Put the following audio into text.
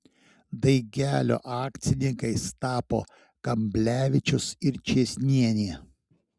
daigelio akcininkais tapo kamblevičius ir čėsnienė